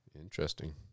Interesting